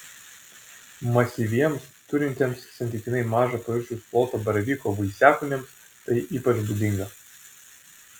masyviems turintiems santykinai mažą paviršiaus plotą baravyko vaisiakūniams tai ypač būdinga